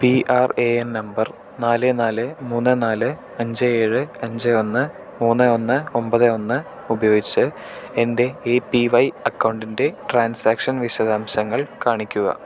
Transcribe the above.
P R A N നമ്പർ നാല് നാല് മൂന്ന് നാല് അഞ്ച് ഏഴ് അഞ്ച് ഒന്ന് മൂന്ന് ഒന്ന് ഒമ്പത് ഒന്ന് ഉപയോഗിച്ച് എൻ്റെ എ പി വൈ അക്കൗണ്ടിൻ്റെ ട്രാൻസാക്ഷൻ വിശദാംശങ്ങൾ കാണിക്കുക